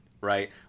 right